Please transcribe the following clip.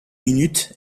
minutes